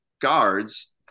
guards